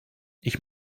ich